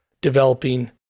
developing